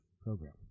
program